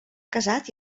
casat